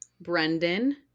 Brendan